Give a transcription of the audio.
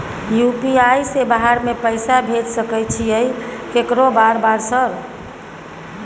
UPI से बाहर में पैसा भेज सकय छीयै केकरो बार बार सर?